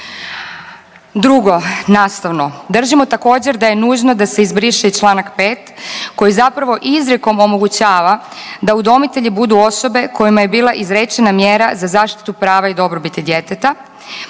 Drugo, nastavno, držimo također da je nužno da se izbriše i Članak 5. koji zapravo izrijekom omogućava da udomitelji budu osobe kojima je bila izrečena mjera za zaštitu prava i dobrobiti djeteta,